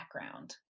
background